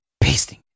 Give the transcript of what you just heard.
pasting